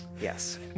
Yes